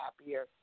happier